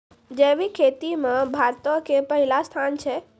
जैविक खेती मे भारतो के पहिला स्थान छै